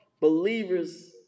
believers